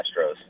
Astros